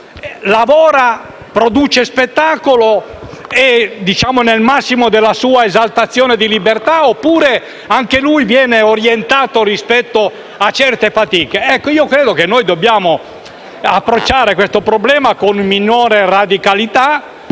lavorando e producendo spettacolo, è nel massimo della sua esaltazione di libertà, oppure anche lui viene orientato rispetto a certe fatiche? Credo che dobbiamo approcciare il problema con minore radicalità,